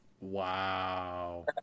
Wow